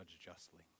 justly